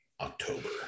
October